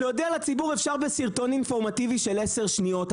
להודיע לציבור אפשר בסרטון אינפורמטיבי של עשר שניות,